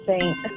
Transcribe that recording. saint